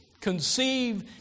Conceive